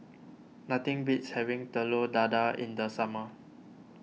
nothing beats having Telur Dadah in the summer